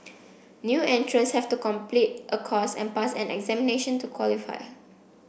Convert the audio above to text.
new entrants have to complete a course and pass an examination to qualify